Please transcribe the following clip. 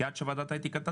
כי עד שוועדת האתיקה תדון,